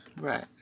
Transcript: Right